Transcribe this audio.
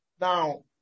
Now